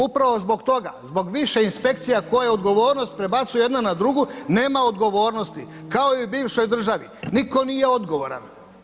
Upravo zbog toga zbog više inspekcija koje odgovornost prebacuju jedna na drugu nema odgovornosti kao i u bivšoj državni, nitko nije odgovoran.